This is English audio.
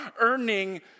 earning